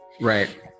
Right